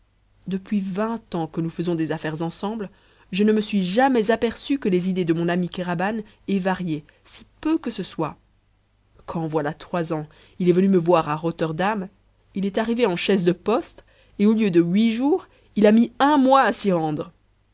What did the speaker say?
depuis vingt ans que nous faisons des affaires ensemble je ne me suis jamais aperçu que les idées de mon ami kéraban aient varié si peu que ce soit quand voilà trois ans il est venu me voir à rotterdam il est arrivé en chaise de poste et au lieu de huit jours il a mis un mois à s'y rendre